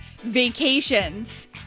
vacations